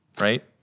Right